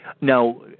Now